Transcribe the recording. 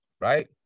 Right